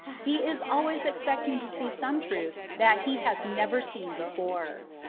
he is always expecting to see some truth that he has never seen before.